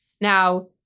Now